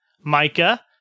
Micah